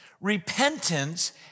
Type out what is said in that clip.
Repentance